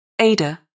Ada